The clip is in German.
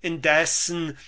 indessen